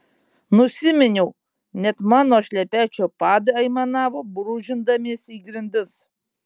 nusiminiau net mano šlepečių padai aimanavo brūžindamiesi į grindis